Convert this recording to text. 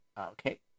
Okay